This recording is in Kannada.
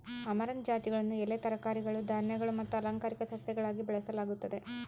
ಅಮರಂಥ್ ಜಾತಿಗಳನ್ನು ಎಲೆ ತರಕಾರಿಗಳು ಧಾನ್ಯಗಳು ಮತ್ತು ಅಲಂಕಾರಿಕ ಸಸ್ಯಗಳಾಗಿ ಬೆಳೆಸಲಾಗುತ್ತದೆ